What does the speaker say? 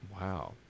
Wow